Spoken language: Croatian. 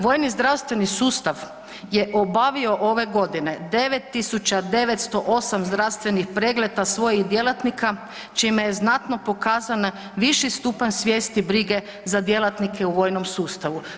Vojni zdravstveni sustav je obavio ove godine 9908 zdravstvenih pregleda svojih djelatnika čime je znatno pokazan viši stupanj svijesti brige za djelatnike u vojnom sustav.